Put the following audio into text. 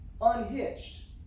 unhitched